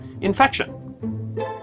infection